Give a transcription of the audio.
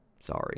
Sorry